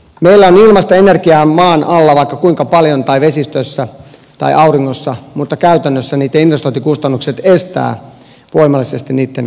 meillä on ilmaista energiaa maan alla tai vesistöissä tai auringossa vaikka kuinka paljon mutta käytännössä niitten investointikustannukset estävät voimallisesti niitten käyttöön ottamisen